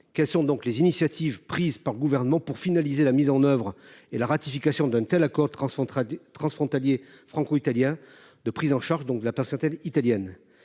Quelles sont donc les initiatives prises par le Gouvernement pour achever la mise en oeuvre et la ratification d'un tel accord transfrontalier franco-italien de prise en charge de la patientèle italienne ?